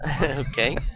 Okay